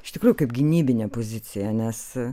iš tikrųjų kaip gynybinė pozicija nes